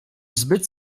zbyt